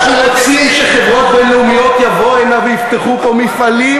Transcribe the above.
אנחנו רוצים שחברות בין-לאומיות יבואו הנה ויפתחו פה מפעלים,